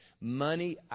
Money